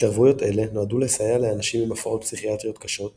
התערבויות אלה נועדו לסייע לאנשים עם הפרעות פסיכיאטריות קשות דיכאון,